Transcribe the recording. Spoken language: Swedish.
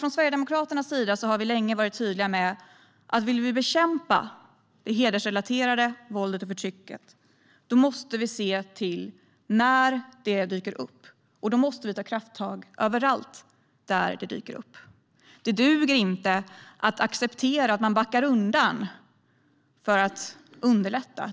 Från Sverigedemokraternas sida har vi länge varit tydliga med att vill vi bekämpa det hedersrelaterade våldet och förtrycket måste vi se till när det dyker upp, och då måste vi ta krafttag överallt där det dyker upp. Det duger inte att acceptera att man backar undan för att underlätta.